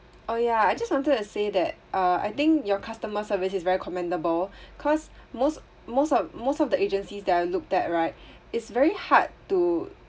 oh ya I just wanted to say that uh I think your customer service is very commendable cause most most of most of the agencies that I looked at right it's very hard to